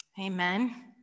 Amen